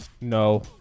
No